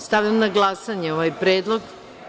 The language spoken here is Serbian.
Stavljam na glasanje ovaj predlog.